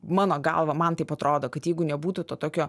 mano galva man taip atrodo kad jeigu nebūtų to tokio